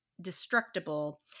destructible